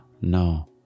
no